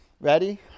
Ready